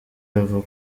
ava